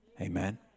Amen